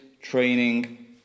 training